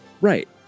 Right